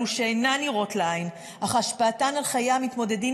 אלו שאינן נראות לעין אך השפעתן על חיי המתמודדים